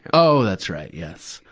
oh, that's right, yes.